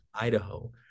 Idaho